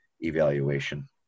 evaluation